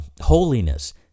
holiness